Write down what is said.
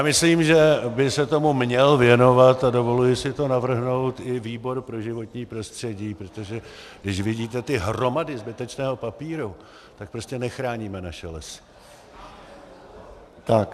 Myslím, že by se tomu měl věnovat, a dovoluji si to navrhnout, i výbor pro životní prostředí, protože když vidíte ty hromady zbytečného papíru, tak prostě nechráníme naše lesy.